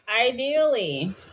ideally